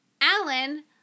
Alan